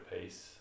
pace